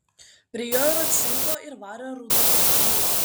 prie jo yra cinko ir vario rūdų telkinių